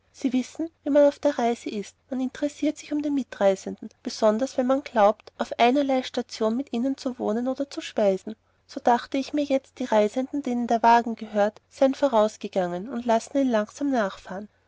sie wissen wie man auf der reise ist man interessiert sich um die mitreisenden besonders wenn man glaubt auf einerlei station mit ihnen zu wohnen oder zu speisen so dachte ich mir jetzt die reisenden denen der wagen gehört seien vorausgegangen und lassen ihn langsam nachfahren